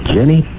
Jenny